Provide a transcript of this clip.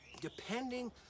Depending